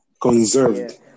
conserved